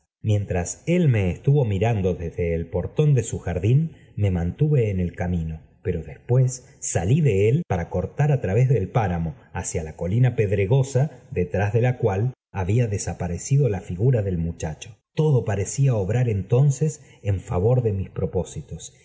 mientras él me estuvo mirando desde el portón de su jardín me mantuve en el oauno pero después salí de él para cortar á través p llacia la colina pedregosa detrás déla cual había desaparecido la figura del muchacho lodo parecía obrar entonces en favor de mis propósitos